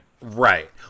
Right